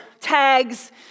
tags